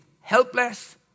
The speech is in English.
helpless